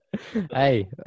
Hey